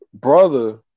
brother